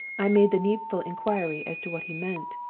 i made the needful inquiry as to what he meant,